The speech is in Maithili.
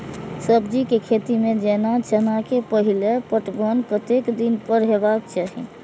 सब्जी के खेती में जेना चना के पहिले पटवन कतेक दिन पर हेबाक चाही?